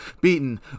beaten